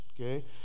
okay